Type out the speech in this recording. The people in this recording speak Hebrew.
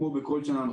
כמו בכל שנה,